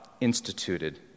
instituted